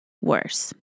worse